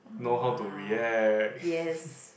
know how to react